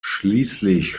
schließlich